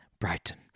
Brighton